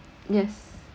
yes